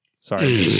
sorry